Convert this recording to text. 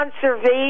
conservation